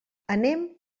anem